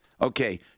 Okay